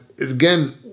again